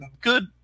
Good